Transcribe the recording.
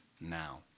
now